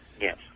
yes